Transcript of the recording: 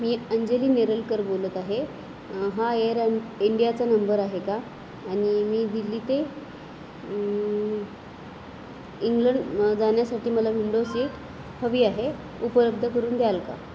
मी अंजली नेरलकर बोलत आहे हा एअर अंड इंडियाचा नंबर आहे का आणि मी दिल्ली ते इंग्लंड जाण्यासाठी मला विंडो सीट हवी आहे उपलब्ध करून द्याल का